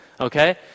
okay